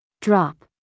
Drop